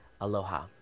Aloha